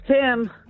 Tim